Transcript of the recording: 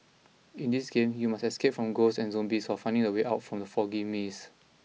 in this game you must escape from ghosts and zombies while finding the way out from the foggy maze